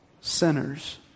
sinners